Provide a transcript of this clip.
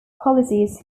policies